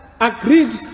agreed